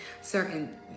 certain